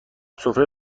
سفره